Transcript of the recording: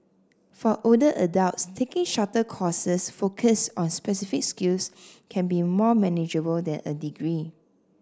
for older adults taking shorter courses focused on specific skills can be more manageable than a degree